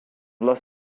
los